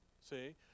see